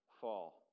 fall